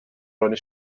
رانی